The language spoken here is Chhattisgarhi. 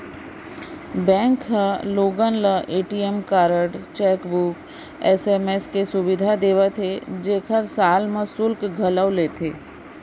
बेंक ह लोगन ल ए.टी.एम कारड, चेकबूक, एस.एम.एस के सुबिधा देवत हे जेकर साल म सुल्क घलौ लेथे